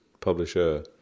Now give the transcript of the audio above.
publisher